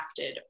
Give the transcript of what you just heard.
crafted